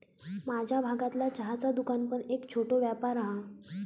माझ्या भागतला चहाचा दुकान पण एक छोटो व्यापार हा